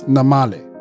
Namale